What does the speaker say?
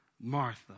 Martha